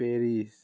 Paris